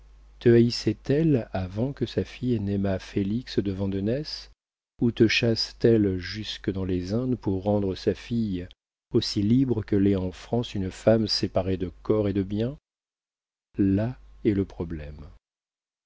haïssait elle avant que sa fille n'aimât félix de vandenesse ou te chasse t elle jusque dans les indes pour rendre sa fille aussi libre que l'est en france une femme séparée de corps et de biens là est le problème